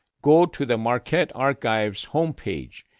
go to the marquette archives homepage,